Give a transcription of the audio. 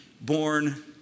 born